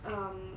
um